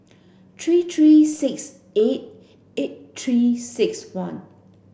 three three six eight eight three six one